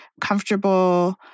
comfortable